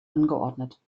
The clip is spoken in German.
angeordnet